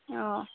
अ